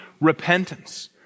repentance